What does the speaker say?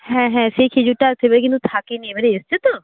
হ্যাঁ হ্যাঁ সেই খেজুরটা আর সেবারে কিন্তু থাকেনি এবারে এসেছে তো